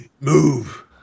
move